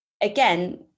again